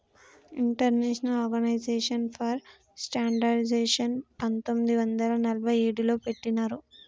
international Organization for స్టాండర్డయిజేషన్ని పంతొమ్మిది వందల నలభై ఏడులో పెట్టినరు